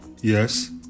Yes